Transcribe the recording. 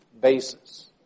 basis